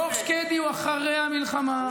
דוח שקדי הוא אחרי המלחמה,